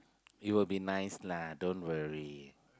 it will be nice lah don't worry